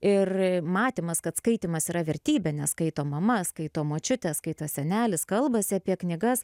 ir matymas kad skaitymas yra vertybė nes kaito mama skaito močiutė skaito senelis kalbasi apie knygas